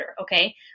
okay